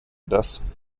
das